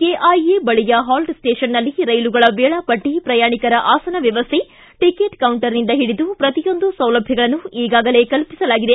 KIA ಬಳಿಯ halt ಸ್ಟೇಷನ್ನಲ್ಲಿ ರೈಲುಗಳ ವೇಳಾಪಟ್ಟಿ ಪ್ರಯಾಣಿಕರ ಆಸನ ವ್ಯವಸ್ಥೆ ಟಿಕೆಟ್ ಕೌಂಟರ್ನಿಂದ ಹಿಡಿದು ಪ್ರತಿಯೊಂದು ಸೌಲಭ್ಯಗಳನ್ನೂ ಈಗಾಗಲೇ ಕಲ್ಪಿಸಲಾಗಿದೆ